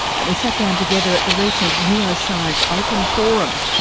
and we sat down together at the recent euroscience open forum,